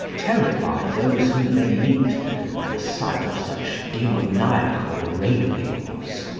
terrify those whom they meet by the sight of such demoniacal ravings.